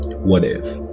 what if?